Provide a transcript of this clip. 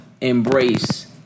embrace